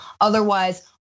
Otherwise